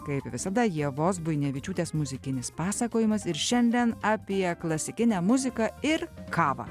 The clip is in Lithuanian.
kaip visada ievos buinevičiūtės muzikinis pasakojimas ir šiandien apie klasikinę muziką ir kavą